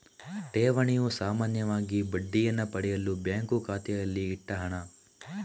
ಠೇವಣಿಯು ಸಾಮಾನ್ಯವಾಗಿ ಬಡ್ಡಿಯನ್ನ ಪಡೆಯಲು ಬ್ಯಾಂಕು ಖಾತೆಯಲ್ಲಿ ಇಟ್ಟ ಹಣ